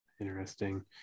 Interesting